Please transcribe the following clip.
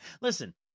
Listen